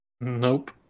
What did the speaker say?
Nope